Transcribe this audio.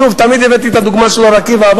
תמיד הבאתי את הדוגמה של אור-עקיבא,